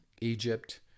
Egypt